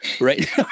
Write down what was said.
right